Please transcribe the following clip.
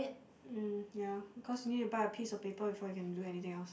mm yeah because you need to buy a piece of paper before you can do anything else